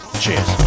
cheers